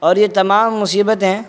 اور یہ تمام مصیبتیں